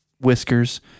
whiskers